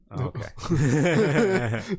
Okay